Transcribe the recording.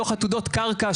דוח עתודות קרקע,